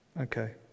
Okay